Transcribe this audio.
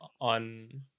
on